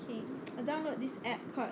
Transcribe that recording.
okay download this app called